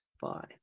Bye